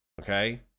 Okay